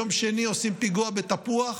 יום שני עושים פיגוע בתפוח,